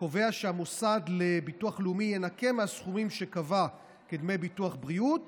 קובע שהמוסד לביטוח לאומי ינכה מהסכומים שקבע כדמי ביטוח בריאות